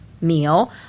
Meal